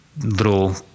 little